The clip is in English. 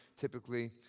typically